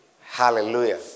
Hallelujah